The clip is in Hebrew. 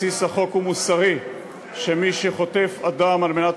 בסיס החוק הוא מוסרי: מי שחוטף אדם על מנת